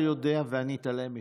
ואני אתעלם מכך.